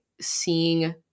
seeing